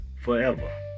forever